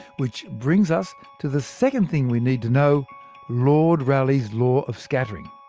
which brings us to the second thing we need to know lord raleigh's law of scattering.